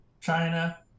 China